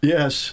Yes